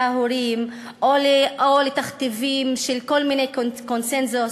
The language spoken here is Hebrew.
ההורים או לתכתיבים של כל מיני קונסנזוס,